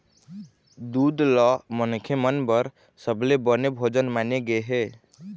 दूद ल मनखे मन बर सबले बने भोजन माने गे हे